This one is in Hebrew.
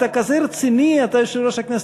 אתה כזה רציני, אתה יושב-ראש הכנסת.